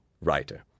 writer